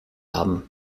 haben